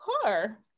car